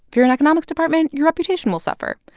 if you're an economics department, your reputation will suffer.